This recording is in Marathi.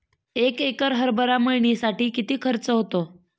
एक एकर हरभरा मळणीसाठी किती खर्च होतो?